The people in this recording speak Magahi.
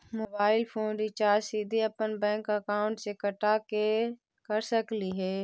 मोबाईल फोन रिचार्ज सीधे अपन बैंक अकाउंट से कटा के कर सकली ही?